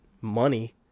money